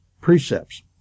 precepts